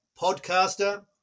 Podcaster